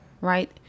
right